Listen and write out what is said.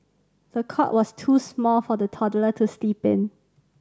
the cot was too small for the toddler to sleep in